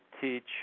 teach